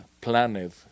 planet